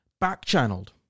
back-channeled